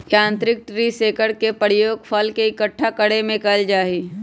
यांत्रिक tree shaker के प्रयोग फल के इक्कठा करे में कइल जाहई